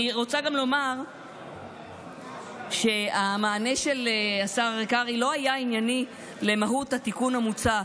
אני רוצה גם לומר שהמענה של השר קרעי לא היה ענייני למהות התיקון המוצע.